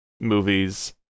movies